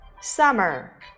Summer